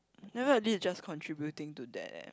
never I did just contributing to that eh